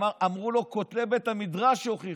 אמרו לו: כותלי בית המדרש יוכיחו,